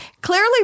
Clearly